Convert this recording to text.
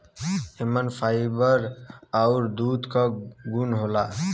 एमन फाइबर आउर दूध क गुन होला